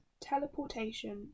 teleportation